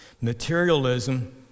Materialism